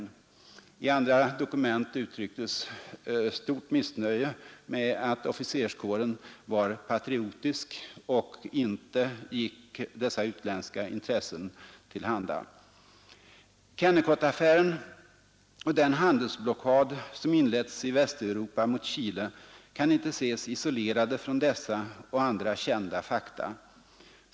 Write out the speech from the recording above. I andra åren att, som det heter i dokument uttrycktes stort missnöje med att officerskåren var patriotisk och inte gick dessa utländska intressen till handa. Kennecottaffären och den handelsblockad som inletts i Västeuropa mot Chile kan inte ses isolerade från dessa och andra kända fakta.